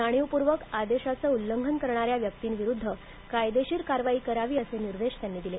जाणीवपूर्वक आदेशाचे उल्लंघन करणाऱ्या व्यक्तींविरुद्ध कायदेशीर कारवाई करावी असेही निर्देश त्यांनी दिले